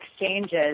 exchanges